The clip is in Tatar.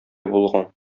булган